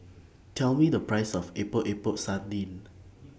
Tell Me The Price of Epok Epok Sardin